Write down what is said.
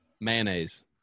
Mayonnaise